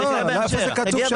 נגיע בהמשך.